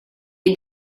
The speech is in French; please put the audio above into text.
est